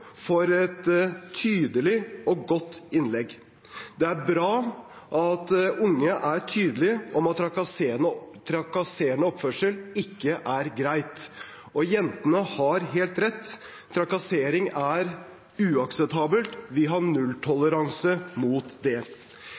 for et tydelig og godt innlegg. Det er bra at unge er tydelige på at trakasserende oppførsel ikke er greit. Jentene har helt rett: Trakassering er uakseptabelt. Vi har nulltoleranse mot det.